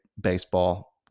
baseball